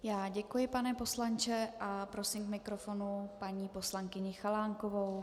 Já děkuji, pane poslanče, a prosím k mikrofonu paní poslankyni Chalánkovou.